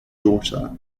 daughter